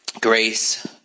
grace